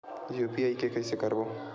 UPI के कइसे करबो?